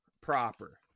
proper